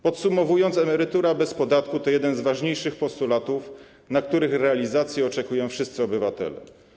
Podsumowując, emerytura bez podatku to jeden z ważniejszych postulatów, na których realizację oczekują wszyscy obywatele.